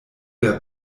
der